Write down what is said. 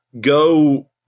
Go